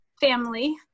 family